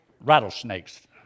rattlesnakes